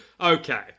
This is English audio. Okay